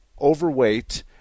overweight